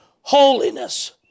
holiness